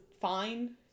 fine